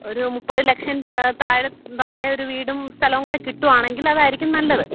ഒരു മുപ്പത് ലക്ഷം താഴെ താഴെ ഒരു വീടും സ്ഥലവും കൂടി കിട്ടുകയാണെങ്കിലതായിരിക്കും നല്ലത് ആ